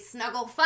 Snuggle